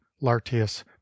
lartius